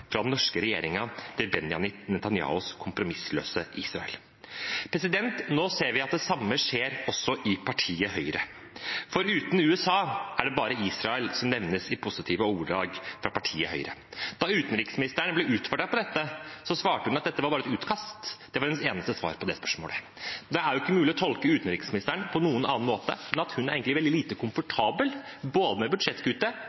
fra den norske regjeringen til Benjamin Netanyahus kompromissløse Israel. Nå ser vi at det samme skjer også i partiet Høyre. Foruten USA er det bare Israel som nevnes i positive ordelag fra partiet Høyre. Da utenriksministeren ble utfordret på dette, svarte hun at det bare var et utkast. Det var hennes eneste svar på det spørsmålet. Det er jo ikke mulig å tolke utenriksministeren på noen annen måte enn at hun egentlig er veldig lite